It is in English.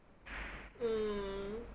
mm